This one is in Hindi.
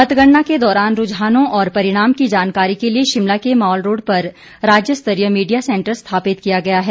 मतगणना के दौरान रूझानों और परिणाम की जानकारी के लिए शिमला के मालरोड पर राज्य स्तरीय मीडिया सेंटर स्थापित किया किया गया है